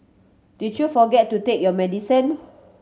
did you forget to take your medicine